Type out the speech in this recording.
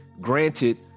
granted